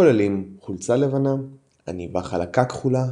כוללים חולצה לבנה, עניבה חלקה כחולה,